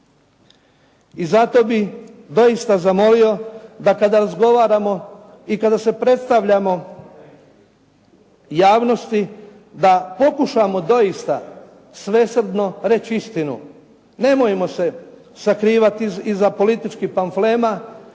I zato bih doista zamolio da kada razgovaramo i kada se predstavljamo javnosti da pokušamo doista svesrdno reći istinu. Nemojmo se sakrivati iza političkih panflema.